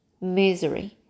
misery